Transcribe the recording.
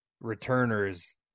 returners